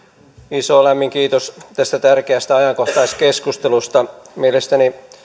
iso lämmin kiitos tästä tärkeästä ajankohtaiskeskustelusta mielestäni